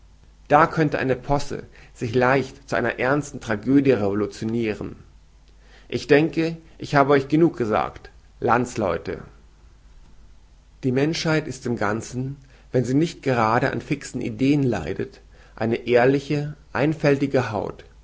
da könnte eine posse sich leicht zu einer ernsten tragödie revolutioniren ich denke ich habe genug gesagt landleute die menschheit ist im ganzen wenn sie nicht gerade an fixen ideen leidet eine ehrliche einfältige haut